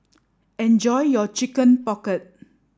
enjoy your chicken pocket